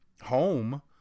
home